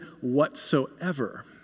whatsoever